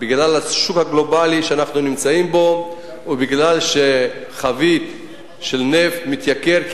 בגלל השוק הגלובלי שאנחנו נמצאים בו ומפני שחבית של נפט מתייקרת,